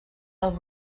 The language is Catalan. alt